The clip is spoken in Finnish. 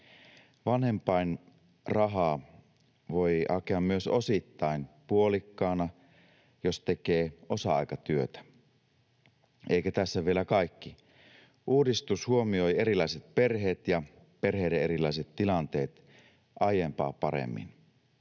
Vanhempainrahaa voi hakea myös osittain puolikkaana, jos tekee osa-aikatyötä. Eikä tässä vielä kaikki: Uudistus huomioi erilaiset perheet ja perheiden erilaiset tilanteet aiempaa paremmin.